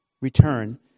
return